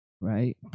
right